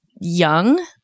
young